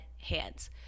hands